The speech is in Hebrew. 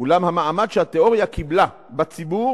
אולם המעמד שהתיאוריה קיבלה בציבור